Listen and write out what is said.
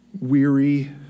weary